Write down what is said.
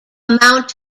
mount